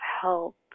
help